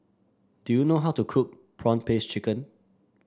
do you know how to cook prawn paste chicken